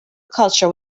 culture